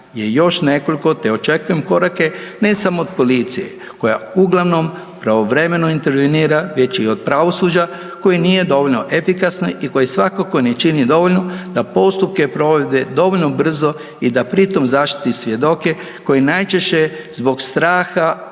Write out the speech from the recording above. još nekoliko te očekujem korake ne samo od policije koja uglavnom pravovremeno intervenira već i od pravosuđa koje nije dovoljno efikasno i koje svakako ne čini dovoljno da postupke provede dovoljno brzo i da pri tom zaštiti svjedoke koji najčešće zbog straha odbijaju